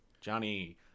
Johnny